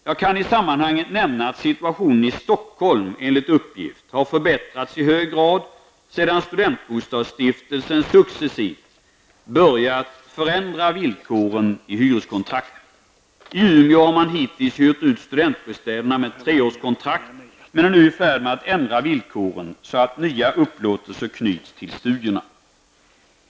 Jag kan i sammanhanget nämna att situationen i Stockholm enligt uppgift har förbättrats i hög grad sedan studentbostadsstiftelsen successivt börjat förändra villkoren i hyreskontrakten. I Umeå har man hittills hyrt ut studentbostäderna med treårskontrakt, men är nu i färd med att ändra villkoren så att nya upplåtelser knyts till studierna.